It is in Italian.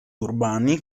urbani